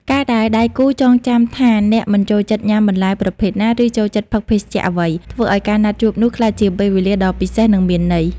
ការដែលដៃគូចងចាំថាអ្នកមិនចូលចិត្តញ៉ាំបន្លែប្រភេទណា ឬចូលចិត្តផឹកភេសជ្ជៈអ្វី ធ្វើឱ្យការណាត់ជួបនោះក្លាយជាពេលវេលាដ៏ពិសេស និងមានន័យ។